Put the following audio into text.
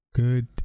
Good